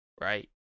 right